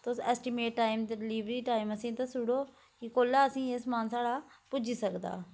तुस estimate time ते delivery time असेंई दस्सुड़ो कि कोल्लै असें एह् समान साढ़ा पुज्जी सकदा